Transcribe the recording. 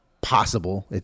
possible